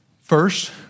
First